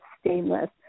stainless